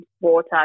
water